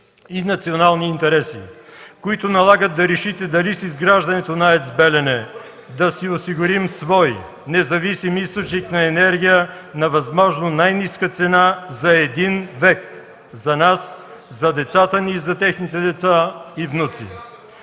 и национални интереси, които налагат да решите дали с изграждането на АЕЦ „Белене” да си осигурим свой независим източник на енергия на възможно най-ниска цена за един век за нас, за децата ни и за техните деца и внуци...